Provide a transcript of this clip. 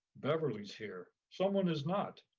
beverly is here, someone is not.